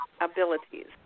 abilities